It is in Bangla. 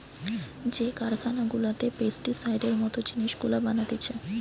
যে কারখানা গুলাতে পেস্টিসাইডের মত জিনিস গুলা বানাতিছে